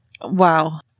Wow